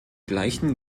gleichen